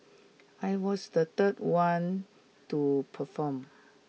I was the third one to perform